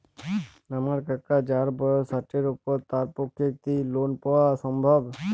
আমার কাকা যাঁর বয়স ষাটের উপর তাঁর পক্ষে কি লোন পাওয়া সম্ভব?